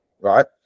right